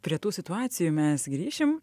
prie tų situacijų mes grįšim